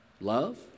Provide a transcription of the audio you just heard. Love